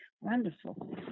Wonderful